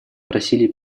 просили